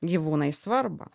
gyvūnais svarbą